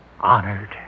honored